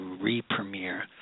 re-premiere